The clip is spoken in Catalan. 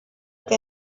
que